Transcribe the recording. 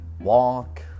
walk